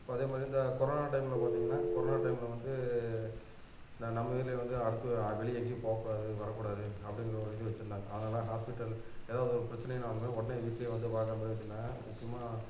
இப்போ அதேமாதிரி இந்த கொரோனா டைமில் பார்த்திங்கனா கொரோனா டைமில் வந்து நம்ம வீட்லேயும் வந்து அடுத்து வெளியே எங்கேயும் போக்கூடாது வரக்கூடாது அப்டிங்கிற ஒரு இது வச்சுருந்தாங்க அதனால ஹாஸ்பிட்டல் ஏதாவது ஒரு பிரச்சனைன்னாலுமே உடனே வீட்லேயே வந்து பாக்கிற மாதிரி வச்சுருந்தாங்க முக்கியமாக